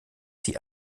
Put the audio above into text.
sie